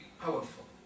powerful